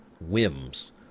whims